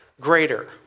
greater